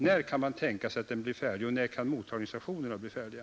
När kan den tänkas bli färdig, och när kan mottagningsstationerna bli färdiga?